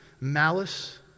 malice